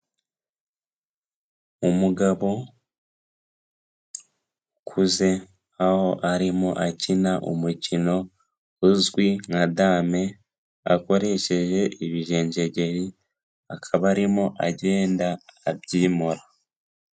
Umugabo ukuze aho arimo akina umukino uzwi nka dame akoresheje ibijenjegeri, akaba arimo agenda abyimura.